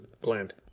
bland